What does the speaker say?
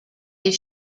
des